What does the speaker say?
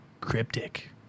Cryptic